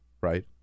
right